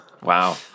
Wow